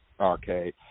okay